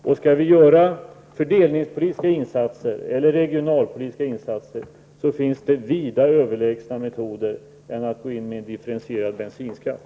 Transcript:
Om vi vill göra fördelningspolitiska insatser eller regionalpolitiska insatser finns det vida överlägsna metoder jämfört med att gå in med en differentierad bensinskatt.